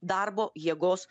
darbo jėgos